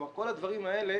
כלומר כל הדברים האלה